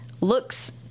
looks